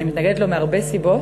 אני מתנגדת לו מהרבה סיבות.